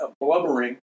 blubbering